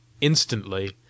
Instantly